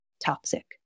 toxic